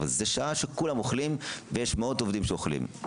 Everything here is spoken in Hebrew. אבל זאת שעה שכולם אוכלים ויש מאות עובדים שאוכלים.